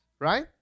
Right